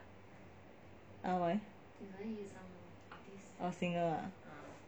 ah why oh singer ah